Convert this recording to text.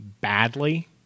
badly